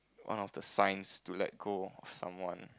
one of the signs to let go of someone